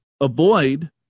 avoid